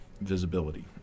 visibility